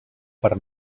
per